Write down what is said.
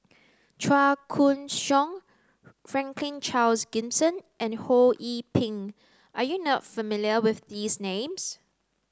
Chua Koon Siong Franklin Charles Gimson and Ho Yee Ping are you not familiar with these names